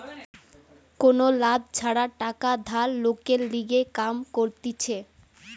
কোনো লাভ ছাড়া টাকা ধার লোকের লিগে কাম করতিছে